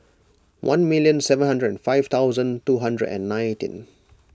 one million seven hundred and five thousand two hundred and nineteen